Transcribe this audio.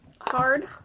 hard